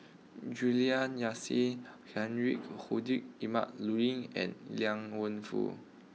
Juliana Yasin Heinrich Ludwig Emil Luering and Liang Wenfu